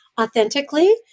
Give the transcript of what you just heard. authentically